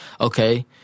okay